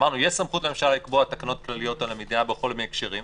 אמרנו שיש סמכות לממשלה לקבוע תקנות כלליות על עמידה בכל מיני הקשרים,